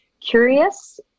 curious